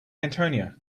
antonio